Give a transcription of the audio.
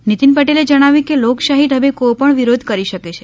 નીતિન પટેલે જણાવ્યું કે લોકશાહી ઢબે કોઇ પણ વિરોધ કરી શકે છે